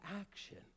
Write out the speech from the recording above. action